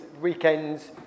weekends